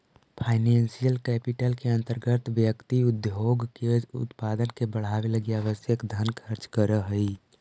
financial capital के अंतर्गत व्यक्ति उद्योग के उत्पादन के बढ़ावे लगी आवश्यक धन खर्च करऽ हई